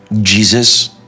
Jesus